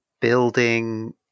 building